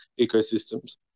ecosystems